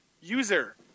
user